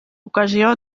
ocasió